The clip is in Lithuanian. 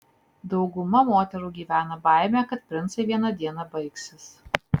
dauguma moterų gyvena baime kad princai vieną dieną baigsis